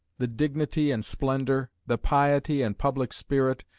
the dignity and splendor, the piety and public spirit,